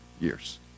years